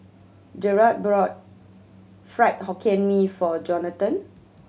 Jaret brought Fried Hokkien Mee for Jonatan